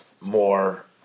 more